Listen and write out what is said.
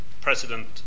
president